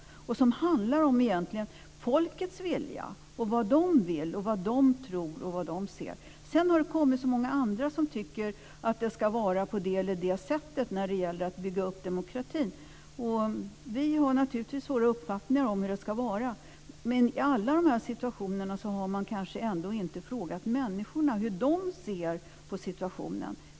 Den handlar egentligen om folkets vilja och vad folket tror och ser. Sedan har det kommit så många andra som tycker att det ska vara på ett visst sätt när det gäller att bygga upp demokratin. Vi har naturligtvis våra uppfattningar om hur det ska vara. Men i alla dessa situationer har man kanske ändå inte frågat människorna hur de ser på situationen.